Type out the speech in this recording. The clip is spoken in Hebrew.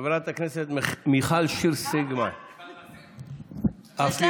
חברת הכנסת מיכל שיר סגמן, אף היא איננה נוכחת.